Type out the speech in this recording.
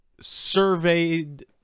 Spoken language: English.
surveyed